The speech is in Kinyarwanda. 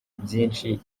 byinshi